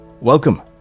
Welcome